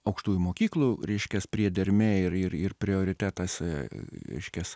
aukštųjų mokyklų reiškias priedermė ir ir prioritetas reiškias